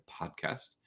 podcast